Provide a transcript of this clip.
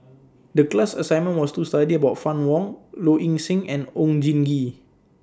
The class assignment was to study about Fann Wong Low Ing Sing and Oon Jin Gee